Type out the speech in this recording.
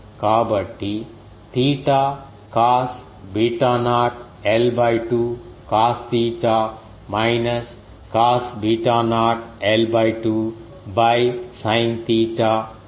కాబట్టి theta cos beta naught l 2 cos theta minus cos beta naught l 2 sine theta అని వ్రాస్తాను